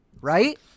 Right